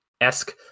esque